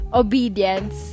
obedience